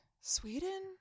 sweden